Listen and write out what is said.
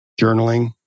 Journaling